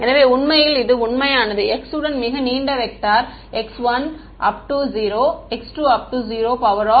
எனவே உண்மையில் இது உண்மையானது x உடன் மிக நீண்ட வெக்டர் x1